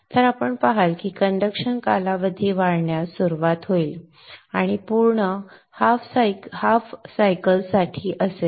तर आपण पहाल की कंडक्शन कालावधी वाढण्यास सुरवात होईल आणि पूर्ण अर्ध्या चक्रासाठी असेल